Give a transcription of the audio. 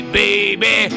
baby